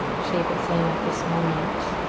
shape its in at this moment.